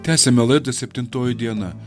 tęsiame laidą septintoji diena